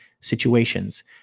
situations